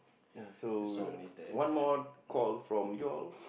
ya so one more call from you all